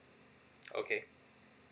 okay